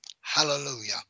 hallelujah